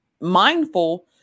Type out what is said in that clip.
mindful